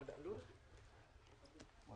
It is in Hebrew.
לא